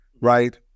right